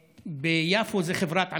ביפו זה חברת עמידר,